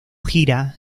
gira